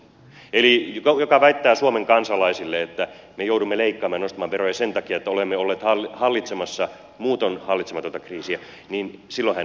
eli se joka väittää suomen kansalaisille että me joudumme leikkaamaan ja nostamaan veroja sen takia että olemme olleet hallitsemassa muutoin hallitsematonta kriisiä ei puhu totta